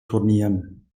turnieren